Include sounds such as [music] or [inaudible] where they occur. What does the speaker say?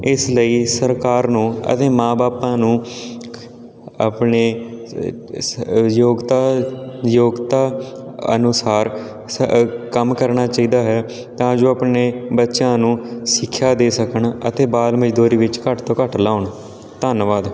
ਇਸ ਲਈ ਸਰਕਾਰ ਨੂੰ ਅਤੇ ਮਾਂ ਬਾਪ ਨੂੰ ਆਪਣੇ [unintelligible] ਅ ਯੋਗਤਾ ਯੋਗਤਾ ਅਨੁਸਾਰ ਸ ਕੰਮ ਕਰਨਾ ਚਾਹੀਦਾ ਹੈ ਤਾਂ ਜੋੋ ਆਪਣੇ ਬੱਚਿਆਂ ਨੂੰ ਸਿੱਖਿਆ ਦੇ ਸਕਣ ਅਤੇ ਬਾਲ ਮਜ਼ਦੂਰੀ ਵਿੱਚ ਘੱਟ ਤੋਂ ਘੱਟ ਲਾਉਣ ਧੰਨਵਾਦ